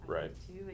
Right